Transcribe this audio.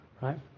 right